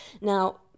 Now